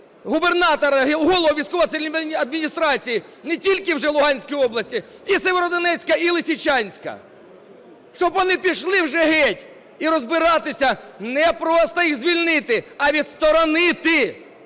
губернатора, голову військово-цивільної адміністрації не тільки вже Луганської області, а і Сєвєродонецька, і Лисичанська. Щоб вони пішли вже геть, і розбиратися, не просто їх звільнити, а відсторонити